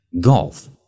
golf